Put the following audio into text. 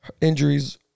injuries